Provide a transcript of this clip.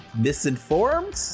misinformed